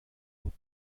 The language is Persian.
بود